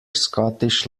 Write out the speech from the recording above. scottish